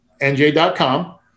NJ.com